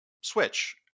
switch